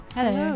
Hello